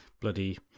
bloody